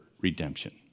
redemption